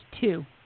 two